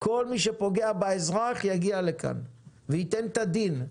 כל מי שפוגע באזרח יגיע לכאן וייתן את הדין,